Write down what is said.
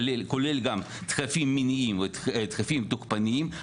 כולל גם דחפים מיניים ודחפים תוקפניים,